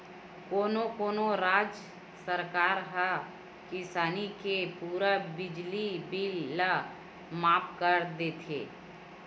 कोनो कोनो राज सरकार ह किसानी के पूरा बिजली बिल ल माफ कर देथे